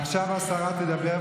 עכשיו השרה תדבר,